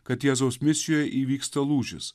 kad jėzaus misijoj įvyksta lūžis